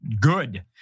good